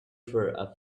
for